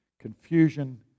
confusion